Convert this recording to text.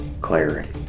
clarity